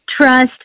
trust